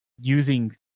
using